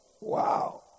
Wow